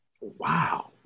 wow